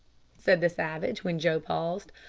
said the savage, when joe paused,